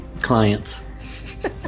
clients